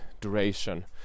duration